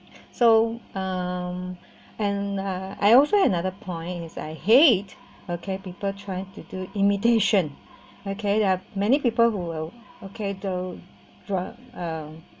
so um and uh I also have another point is I hate okay people trying to do imitation okay there are many people who will okay to draw um